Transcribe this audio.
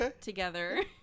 Together